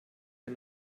wir